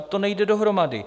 To nejde dohromady.